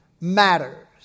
matters